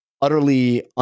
utterly